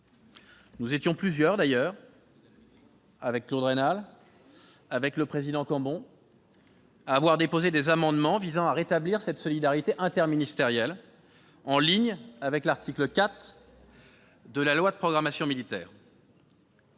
nous étions plusieurs, dont Claude Raynal et le président Christian Cambon, à avoir déposé des amendements visant à rétablir cette solidarité interministérielle, en ligne avec l'article 4 de la loi de programmation militaire.